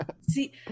see